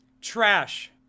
Trash